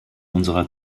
unserer